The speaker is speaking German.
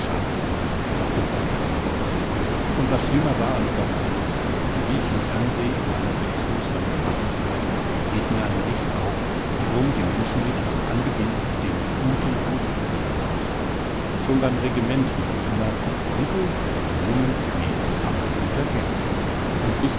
angeheizter kupferkessel und was schlimmer war als das alles wie ich mich anseh in meiner sechs fuß langen massigkeit geht mir ein licht auf warum die menschen mich von anbeginn den guten hanckel genannt haben schon beim regiment hieß es immer hanckel lumen ne aber'n guter kerl und